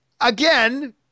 Again